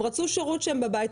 הם רצו שירות כשהם בבית,